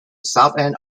southend